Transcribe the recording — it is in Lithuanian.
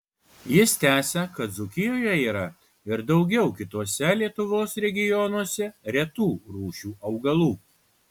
jis tęsia kad dzūkijoje yra ir daugiau kituose lietuvos regionuose retų rūšių augalų